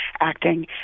acting